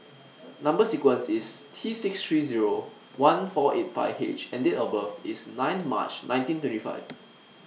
Number sequence IS T six three Zero one four eight five H and Date of birth IS nine March nineteen three five